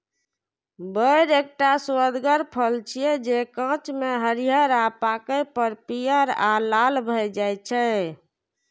बेर एकटा सुअदगर फल छियै, जे कांच मे हरियर आ पाके पर पीयर आ लाल भए जाइ छै